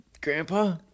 Grandpa